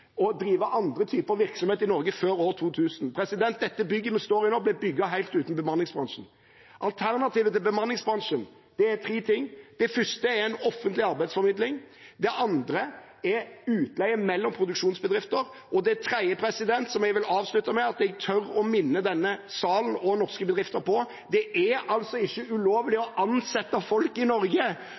og skip og drive andre typer virksomhet i Norge før år 2000. Det bygget vi står i nå, ble bygget helt uten bemanningsbransjen. Alternativet til bemanningsbransjen er tre ting: Det første er en offentlig arbeidsformidling, det andre er utleie mellom produksjonsbedrifter, og det tredje, som jeg vil avslutte med, og som jeg tør å minne denne salen og norske bedrifter om, er at det ikke er ulovlig å ansette folk i Norge.